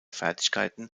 fertigkeiten